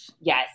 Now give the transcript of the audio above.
Yes